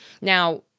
Now